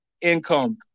income